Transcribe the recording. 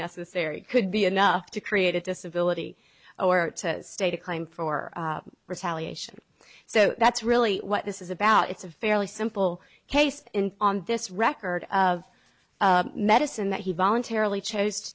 necessary could be enough to create a disability or state a claim for retaliation so that's really what this is about it's a fairly simple case in on this record of medicine that he voluntarily chose to